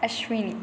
Ashwini